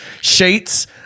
sheets